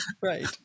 Right